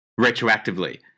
retroactively